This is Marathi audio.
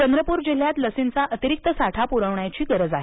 चंद्रपूर जिल्हयात लसींचा अतिरिक्त साठा पुरवण्याची गरज आहे